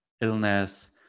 illness